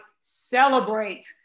celebrate